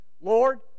Lord